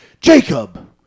Jacob